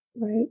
Right